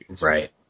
Right